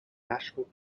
national